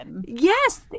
Yes